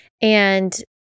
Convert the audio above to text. And-